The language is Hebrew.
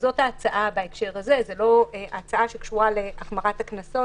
זאת ההצעה בהקשר הזה ולא הצעה שקשורה להחמרת הקנסות.